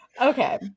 okay